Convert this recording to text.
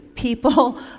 People